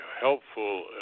helpful